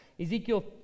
Ezekiel